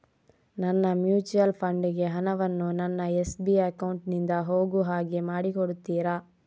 ನನ್ನ mutual fund ಗೆ ಹಣ ವನ್ನು ನನ್ನ ಎಸ್.ಬಿ ಅಕೌಂಟ್ ನಿಂದ ಹೋಗು ಹಾಗೆ ಮಾಡಿಕೊಡುತ್ತೀರಾ?